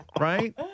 Right